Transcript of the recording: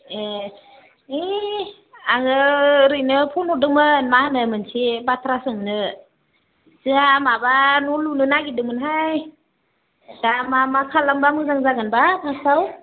ए ओइ आङो ओरैनो फन हरदोंमोन मा होनो मोनसे बाथ्रा सोंनो जोंहा माबा न' लुनो नागिरदोंमोनहाय दा मा मा खालामब्ला मोजां जागोनबा फार्स्टआव